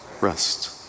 Rest